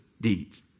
deeds